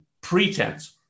pretense